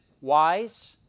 wise